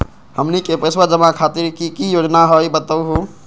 हमनी के पैसवा जमा खातीर की की योजना हई बतहु हो?